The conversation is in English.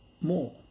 more